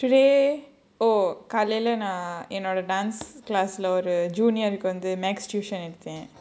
today oh காலைல நான் என்னோட:kaalaila naan ennoda dance class leh ஒரு:oru junior கு:ku mathematics tuition எடுத்தேன்:eduthaen